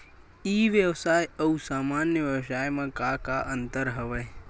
ई व्यवसाय आऊ सामान्य व्यवसाय म का का अंतर हवय?